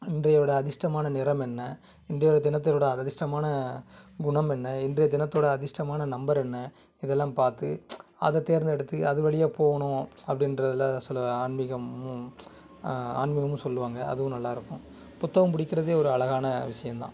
இன்றையவுடைய அதிர்ஷ்டமான நிறம் என்ன இன்றையவுடைய தினத்தோட அதிர்ஷ்டமான குணம் என்ன இன்றைய தினத்தோடய அதிர்ஷ்டமான நம்பர் என்ன இதெல்லாம் பார்த்து அதை தேர்ந்து எடுத்து அது வழியா போகணும் அப்படின்றதுல சில ஆன்மீகமும் ஆன்மீகமும் சொல்லுவாங்கள் அதுவும் நல்லா இருக்கும் புத்தகம் படிக்குறதே அது ஒரு அழகான விஷயந்தான்